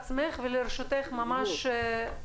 באופן רוחבי, אם אני מתחבר קצת למה שפיני